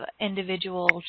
individuals